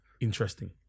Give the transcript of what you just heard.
interesting